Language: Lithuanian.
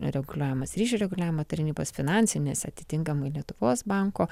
reguliuojamas ryšių reguliavimo tarnybos finansinės atitinkamai lietuvos banko